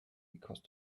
because